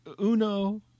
Uno